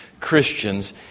Christians